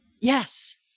Yes